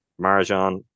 Marjan